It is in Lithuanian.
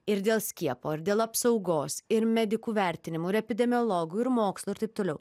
ir dėl skiepo ir dėl apsaugos ir medikų vertinimų ir epidemiologų ir mokslų ir taip toliau